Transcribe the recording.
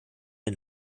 der